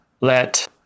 let